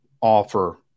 offer